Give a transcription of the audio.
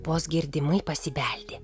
vos girdimai pasibeldė